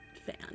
fan